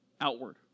outward